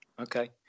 Okay